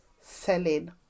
selling